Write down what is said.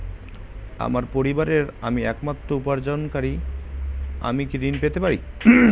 আমার পরিবারের আমি একমাত্র উপার্জনকারী আমি কি ঋণ পেতে পারি?